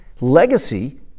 legacy